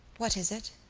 what is it?